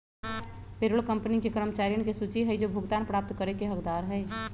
payroll company के कर्मचारियन के सूची हई जो भुगतान प्राप्त करे के हकदार हई